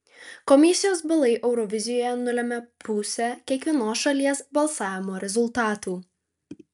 komisijos balai eurovizijoje nulemia pusę kiekvienos šalies balsavimo rezultatų